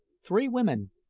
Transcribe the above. three women,